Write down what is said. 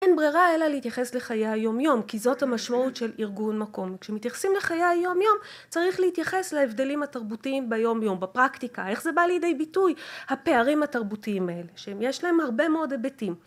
אין ברירה, אלא להתייחס לחיי היומיום, כי זאת המשמעות של ארגון מקום. כשמתייחסים לחיי היומיום, צריך להתייחס להבדלים התרבותיים, ביומיום, בפרקטיקה, איך זה בא לידי ביטוי הפערים התרבותיים האלה, שיש להם הרבה מאוד היבטים